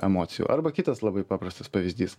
emocijų arba kitas labai paprastas pavyzdys